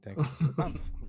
Thanks